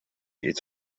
its